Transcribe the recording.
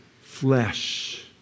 flesh